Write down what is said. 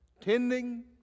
tending